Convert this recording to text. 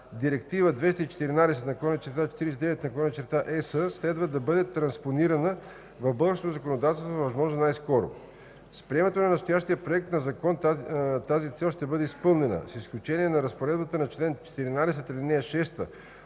Директива 2014/49/ЕС следва да бъде транспонирана в българското законодателство възможно най-скоро. С приемането на настоящия Проект на закон тази цел ще бъде изпълнена, с изключение на разпоредбата на чл. 14,